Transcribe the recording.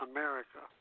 America